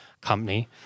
company